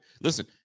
listen